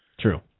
True